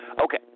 Okay